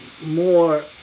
more